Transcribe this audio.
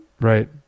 Right